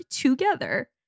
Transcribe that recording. together